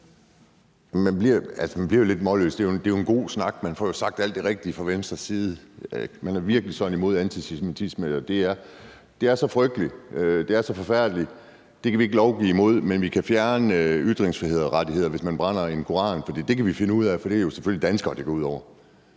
Man bliver jo lidt målløs. Det er en god snak. Man får sagt alt det rigtige fra Venstres side. Man er virkelig imod antisemitisme, og det er så frygteligt og så forfærdeligt. Det kan vi ikke lovgive imod, men vi kan fjerne ytringsfrihedsrettigheder, hvis man brænder en koran. Det kan vi finde ud af, for det er selvfølgelig danskere, det går ud over.